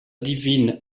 divine